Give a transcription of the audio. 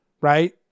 Right